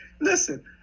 listen